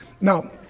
Now